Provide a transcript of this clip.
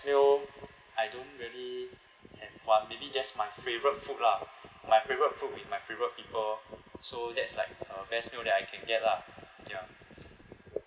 meal I don't really have one maybe just my favourite food lah my favourite food with my favourite people so that's like a best meal that I can get lah ya